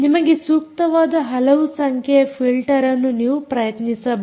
ನಿಮಗೆ ಸೂಕ್ತವಾದ ಹಲವು ಸಂಖ್ಯೆಯ ಫಿಲ್ಟರ್ಅನ್ನು ನೀವು ಪ್ರಯತ್ನಿಸಬಹುದು